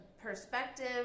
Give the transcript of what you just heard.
perspective